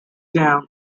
down